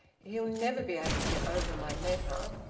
he'll never be able to get over my letter.